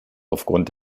aufgrund